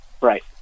Right